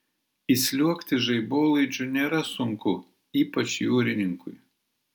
įsliuogti žaibolaidžiu nėra sunku ypač jūrininkui